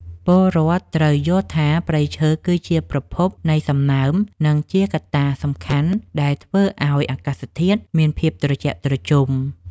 ពលរដ្ឋត្រូវយល់ថាព្រៃឈើគឺជាប្រភពនៃសំណើម និងជាកត្តាសំខាន់ដែលធ្វើឱ្យអាកាសធាតុមានភាពត្រជាក់ត្រជុំ។